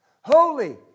holy